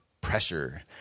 pressure